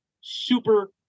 Super